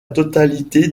totalité